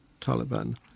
Taliban